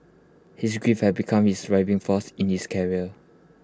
his grief have become his driving force in his career